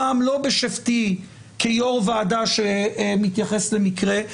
הפעם לא בשבתי כיו"ר ועדה שמתייחס למקרה,